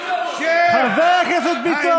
חבר הכנסת ביטון, תן לו.